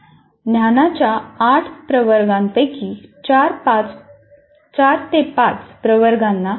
ज्ञानाच्या 8 प्रवर्गपैकी 4 5 प्रवर्गांना संबोधित केले जाऊ शकते